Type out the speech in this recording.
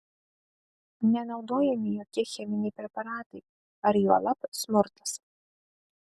nenaudojami jokie cheminiai preparatai ar juolab smurtas